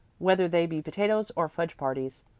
whether they be potatoes or fudge parties.